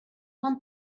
want